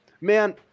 Man